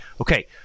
Okay